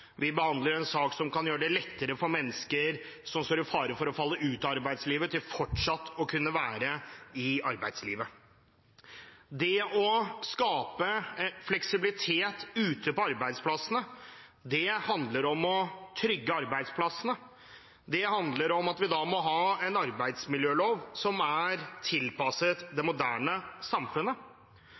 vi behandler en sak som kan gjøre det lettere fortsatt å kunne være i arbeidslivet for mennesker som står i fare for å falle ut av det. Det å skape fleksibilitet ute på arbeidsplassene handler om å trygge arbeidsplassene, og det handler om at vi må ha en arbeidsmiljølov som er tilpasset det moderne samfunnet.